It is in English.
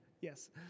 Yes